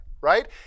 right